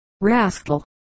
Rascal